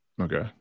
okay